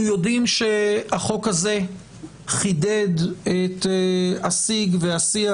אנחנו יודעים שהחוק הזה חידד את הסיג והשיח,